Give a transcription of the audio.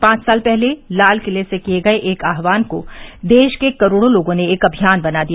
पांच साल पहले लालकिले से किए गये एक आहवान को देश के करोड़ों लोगों ने एक अभियान बना दिया